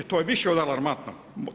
I to je više od alarmantno.